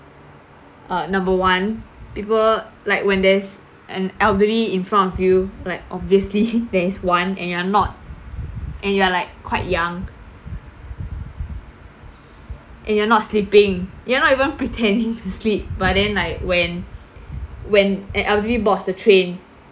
uh number one people like when there's an elderly in front of you like obviously there's one and you are not and you are like quite young and you are not sleeping you are not even pretending to sleep but then like when when an elderly boards the train